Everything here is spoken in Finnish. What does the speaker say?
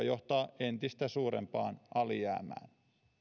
johtaa entistä suurempaan alijäämään